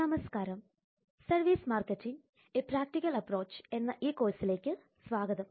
നമസ്കാരം service marketing a practical approach Service Marketing A practical Approach എന്ന ഈ കോഴ്സിലേക്ക് സ്വാഗതം